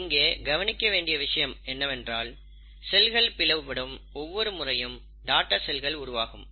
இங்கே கவனிக்க வேண்டிய விஷயம் என்னவென்றால் செல்கள் பிளவுபடும் ஒவ்வொரு முறையும் டாடர் செல்கள் உருவாகும்